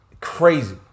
Crazy